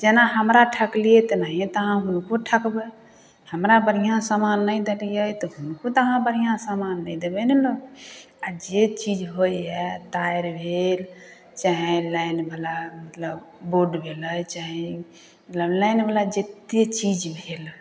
जेना हमरा ठकलिए तेनाहिए तऽ अहाँ हुनको ठकबै हमरा बढ़िआँ समान नहि देलिए तऽ हुनको तऽ अहाँ बढ़िआँ समान नहि देबै ने आओर जे चीज होइ हइ तारि भेल चाहे लाइनवला मतलब बोर्ड भेलै चाहे मतलब लाइनवला जतेक चीज भेल